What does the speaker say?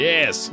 Yes